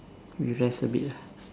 we rest a bit lah